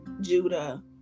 Judah